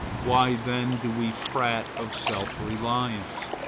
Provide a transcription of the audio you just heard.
why then do we prate of self-reliance?